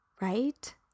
right